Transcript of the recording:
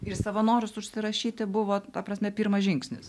į savanorius užsirašyti buvo ta prasme pirmas žingsnis